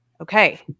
Okay